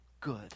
good